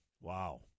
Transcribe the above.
Wow